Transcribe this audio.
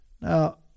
Now